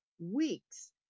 weeks